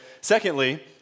Secondly